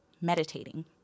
meditating